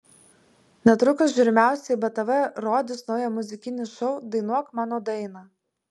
netrukus žiūrimiausiai btv rodys naują muzikinį šou dainuok mano dainą